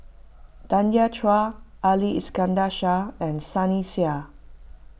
Tanya Chua Ali Iskandar Shah and Sunny Sia